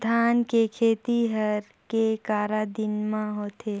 धान के खेती हर के करा दिन म होथे?